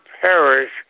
perish